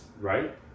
right